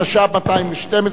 36), התשע"ב